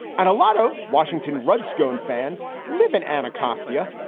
and a lot of washington redskins fans live in anacostia.